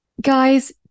Guys